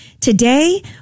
Today